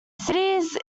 cities